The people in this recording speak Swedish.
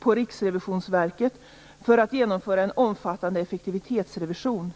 på Riksrevisionsverket att genomföra en omfattande effektivitetsrevision.